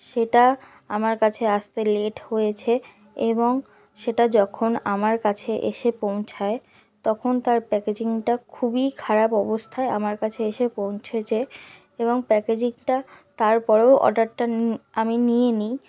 সেটা আমার কাছে আসতে লেট হয়েছে এবং সেটা যখন আমার কাছে এসে পৌঁছায় তখন তার প্যাকেজিংটা খুবই খারাপ অবস্থায় আমার কাছে এসে পৌঁছেছে এবং প্যাকেজিংটা তার পরেও অর্ডারটা আমি নিয়ে নিই